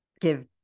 give